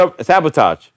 sabotage